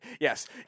Yes